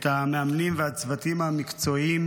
את המאמנים והצוותים המקצועיים